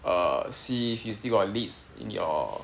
err see if he's still got leads in your